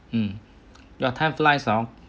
mm ya time flies oh